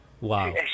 Wow